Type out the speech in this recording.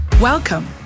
Welcome